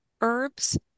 herbs